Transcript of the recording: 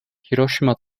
hiroshima